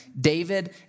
David